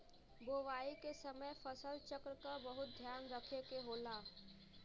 बोवाई के समय फसल चक्र क बहुत ध्यान रखे के होला